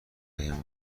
بهمون